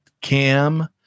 Cam